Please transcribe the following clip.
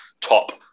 top